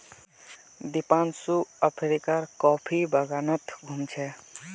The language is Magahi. दीपांशु अफ्रीकार कॉफी बागानत घूम छ